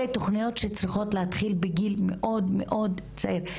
אלו תוכניות שצריכות להתחיל בגיל מאוד מאוד צעיר.